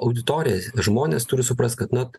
auditorija žmonės turi suprast kad na